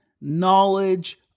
knowledge